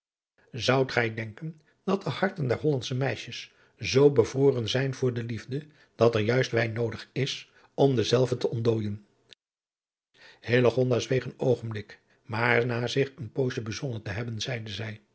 zoudt gij denken dat de harten der hollandsche meisjes zoo bevroren zijn voor de liefde dat er juist wijn noodig is om dezelve te ontdooijen hillegonda zweeg een oogenblik maar na zich een poosje bezonnen te hebben zeide zij